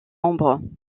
membres